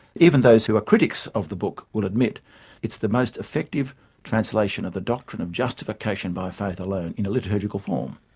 even those who are critics of the book will admit it's the most effective translation of the doctrine of justification by faith alone in a liturgical form.